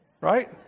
Right